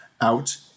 out